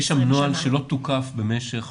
יש שם נוהל שלא תוקף במשך